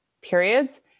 periods